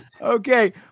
Okay